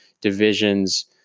divisions